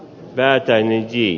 väätäinen ei